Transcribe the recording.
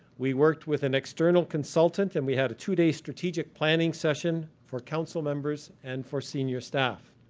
we worked with an external consultant and we had a two-day strategic planning session for council members and for senior staff.